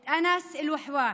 את אנאס אל-ווחוואח,